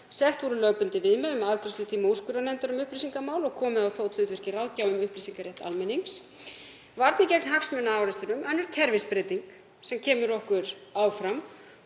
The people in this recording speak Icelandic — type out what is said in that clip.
Sett voru lögbundin viðmið um afgreiðslutíma úrskurðarnefndar um upplýsingamál og komið á fót hlutverki ráðgjafa um upplýsingarétt almennings. Varnir gegn hagsmunaárekstrum, önnur kerfisbreyting sem kemur okkur áfram